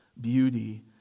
beauty